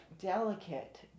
delicate